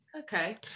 Okay